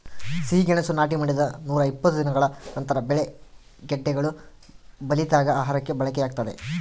ಸಿಹಿಗೆಣಸು ನಾಟಿ ಮಾಡಿದ ನೂರಾಇಪ್ಪತ್ತು ದಿನಗಳ ನಂತರ ಬೆಳೆ ಗೆಡ್ಡೆಗಳು ಬಲಿತಾಗ ಆಹಾರಕ್ಕೆ ಬಳಕೆಯಾಗ್ತದೆ